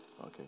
okay